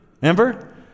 remember